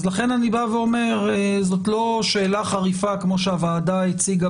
לכן אני בא ואומר שזאת לא שאלה חריפה כמו שהוועדה הציגה